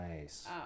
nice